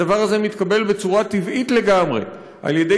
הדבר הזה מתקבל בצורה טבעית לגמרי על ידי